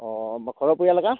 অঁ ঘৰৰ পৰিয়াল একা